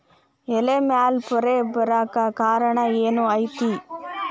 ಎಲೆ ಮ್ಯಾಲ್ ಪೊರೆ ಬರಾಕ್ ಕಾರಣ ಏನು ಐತಿ?